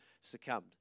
succumbed